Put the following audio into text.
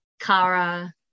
Kara